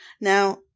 Now